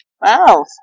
Wow